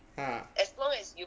ha